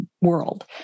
world